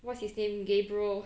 what's his name gabriel